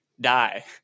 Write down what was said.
die